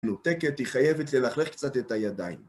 נותקת, היא חייבת ללכלך קצת את הידיים.